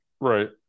Right